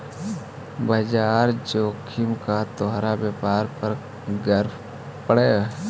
बाजार जोखिम का तोहार व्यापार पर क्रका पड़लो